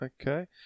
Okay